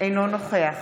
אינו נוכח